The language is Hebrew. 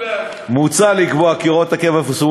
מוצע לקבוע כי הוראות הקבע יפורסמו